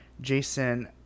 Jason